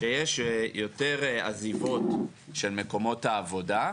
שיש יותר עזיבות של מקומות העבודה,